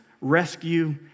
Rescue